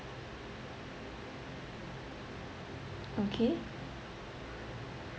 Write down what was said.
okay